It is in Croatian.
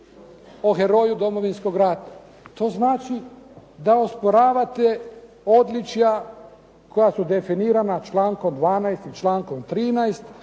o heroju Domovinskog rata. To znači da osporavate odličja koja su definirana člankom 12. i člankom 13.